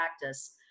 practice